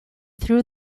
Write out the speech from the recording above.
through